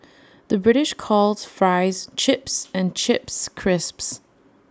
the British calls Fries Chips and Chips Crisps